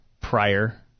prior